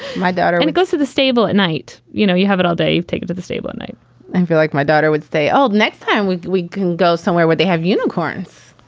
my daughter and goes to the stable at night. you know, you have it all day. take it to the stable at night i feel like my daughter would stay old next time. we we can go somewhere where they have unicorns.